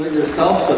yourself,